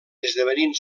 esdevenint